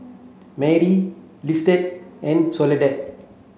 Mari Lizette and Soledad